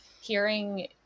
hearing